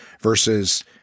versus